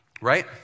Right